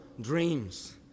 dreams